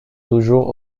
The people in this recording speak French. toujours